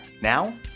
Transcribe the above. Now